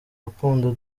rukundo